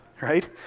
right